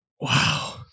Wow